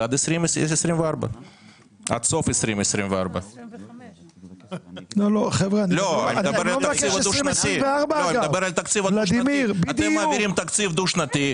עד סוף 2024. אתם מעבירים תקציב דו-שנתי,